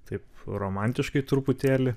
taip romantiškai truputėlį